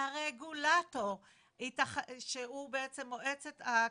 לרגולטור שהוא בעצם מועצת הכבלים,